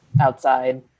outside